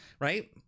right